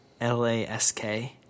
Lask